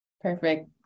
perfect